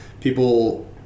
people